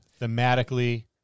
Thematically